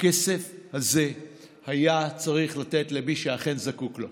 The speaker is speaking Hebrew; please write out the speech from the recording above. הכסף הזה היה צריך לתת למי שאכן זקוק לו.